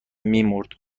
میمرد